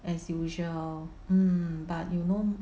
as usual mm but you know